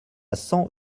cent